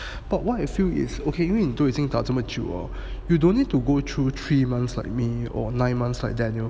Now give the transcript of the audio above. but what you feel is okay 运动都已经打这么久 hor you don't need to go through three months like me or nine months like daniel